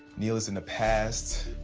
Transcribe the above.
neal is in the past.